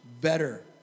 better